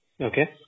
Okay